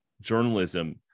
journalism